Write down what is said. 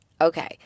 Okay